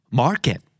market